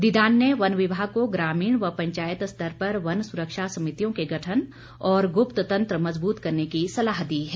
दीदान ने वन विभाग को ग्रामीण व पंचायत स्तर पर वन सुरक्षा समितियों के गठन और गुप्त तंत्र मजबूत करने की सलाह दी है